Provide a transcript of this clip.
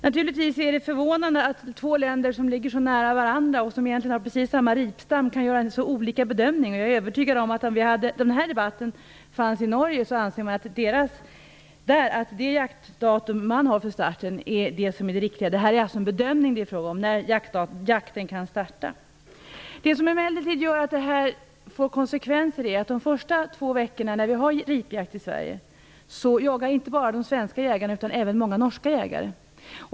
Naturligtvis är det förvånande att två länder som ligger så nära varandra och som egentligen har precis samma ripstam kan göra så olika bedömningar. Jag är övertygad om att om den här debatten hade hållits i Norge hade man ansett att det startdatum för jakten som man har där är det riktiga. Det är alltså fråga om en bedömning av när jakten kan starta. Det som emellertid gör att det här får konsekvenser är att under de första två veckorna av ripjakten i Sverige jagar inte bara de svenska jägarna utan även många norska jägare.